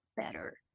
better